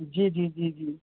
جی جی جی جی